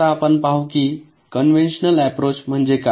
आता आपण पाहू की कॉन्व्हेंशनल अँप्रोच म्हणजे काय